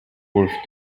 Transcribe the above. worth